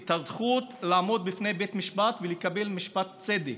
את הזכות לעמוד בפני בית משפט ולקבל משפט צדק,